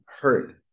hurt